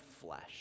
flesh